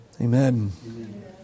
Amen